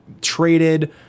traded